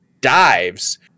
dives